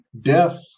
death